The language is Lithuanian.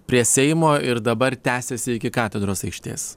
prie seimo ir dabar tęsiasi iki katedros aikštės